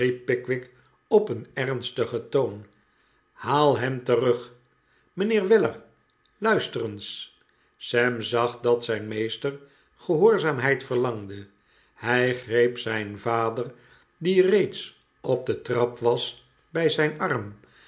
op een ernstigen toon haal hem terug mijnheer weller luister eens sam zag dat zijn meester gehoorzaamheid verlangde hij greep zijn vader die reeds t op de trap was bij zijn arm